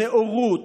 הנאורות,